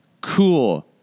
cool